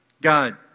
God